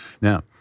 Now